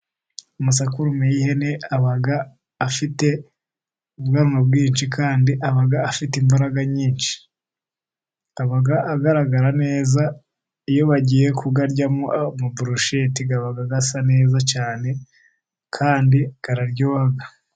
Amasekurume y'ihene aba afite ubwanwa bwinshi, kandi aba afite imbaraga nyinshi. Agaragara neza iyo bagiye kuyaryamo burusheti. Aba asa neza cyane kandi araryoha.